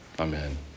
Amen